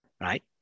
right